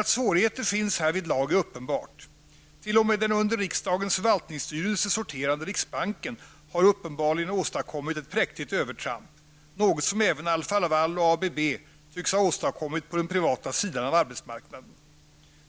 Att svårigheter finns härvidlag är uppenbart. T.o.m. den under riksdagens förvaltningsstyrelse sorterande riksbanken har uppenbarligen åstadkommit ett präktigt övertramp, något som även Alfa-Laval och ABB tycks ha åstadkommit på den privata sidan av arbetsmarknaden.